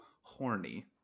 Horny